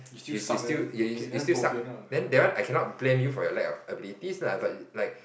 you you still you you still suck then that one I cannot blame you for your lack of abilities lah but like